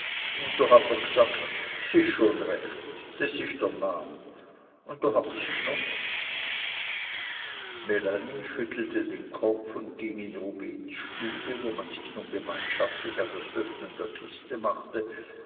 do hat er g'sagt s isch schon recht des isch der nam un do hab i's g'nomme melanie schüttelte den kopf und ging in rubehns stube wo man sich nun gemeinschaftlich an das öffnen der kiste machte